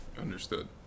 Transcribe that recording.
Understood